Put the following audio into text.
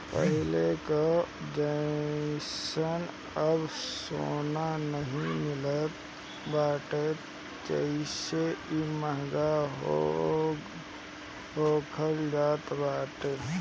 पहिले कअ जइसन अब सोना नाइ मिलत बाटे जेसे इ महंग होखल जात बाटे